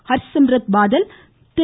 Harsimrat Badal Thiru